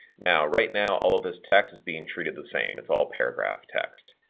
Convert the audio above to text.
now right now all of this text is being treated the same it's all paragraph text,